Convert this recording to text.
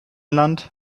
land